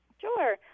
Sure